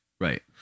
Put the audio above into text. Right